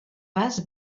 pas